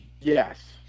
Yes